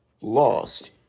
lost